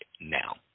now